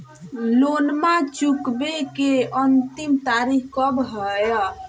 लोनमा चुकबे के अंतिम तारीख कब हय?